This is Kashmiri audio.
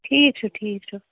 ٹھیٖک چھُ ٹھیٖک چھُ